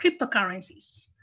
cryptocurrencies